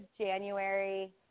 January